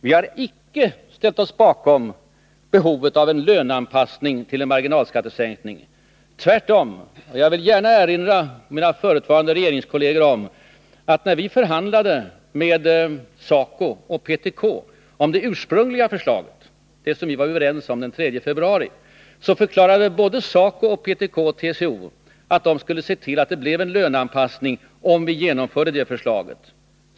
Vi har inte gått emot en löneanpassning till en marginalskattesänkning. Tvärtom. Jag vill gärna erinra mina förutvarande regeringskolleger om att när vi förhandlade med SACO och PTK om det ursprungliga förslaget, det som vi var överens om den 3 februari, förklarade både SACO, PTK och TCO att de skulle se till att det blev en löneanpassning om vi genomförde det förslaget.